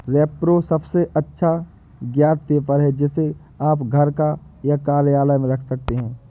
repro सबसे अच्छा ज्ञात पेपर है, जिसे आप घर या कार्यालय में रख सकते हैं